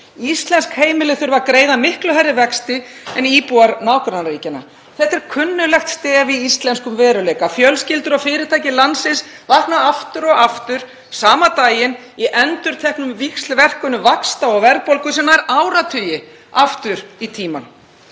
Íslensk heimili þurfa að greiða miklu hærri vexti en íbúar nágrannaríkjanna. Þetta er kunnuglegt stef í íslenskum veruleika. Fjölskyldur og fyrirtæki landsins vakna aftur og aftur sama daginn í endurteknum víxlverkunum vaxta og verðbólgu sem ná áratugi aftur í tímann.